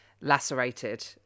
lacerated